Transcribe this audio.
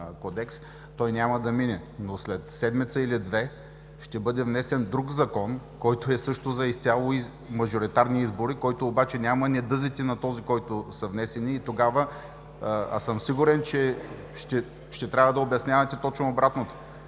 той няма да мине. Но след седмица или две, ще бъде внесен друг закон, който също е за изцяло мажоритарни избори. Той обаче няма недъзите на този, който е внесен. А съм сигурен, че ще трябва да обяснявате точно обратното.